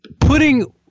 putting